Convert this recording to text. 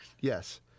Yes